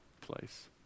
place